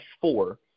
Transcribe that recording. four